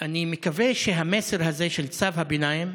אני מקווה שהמסר הזה, של צו הביניים,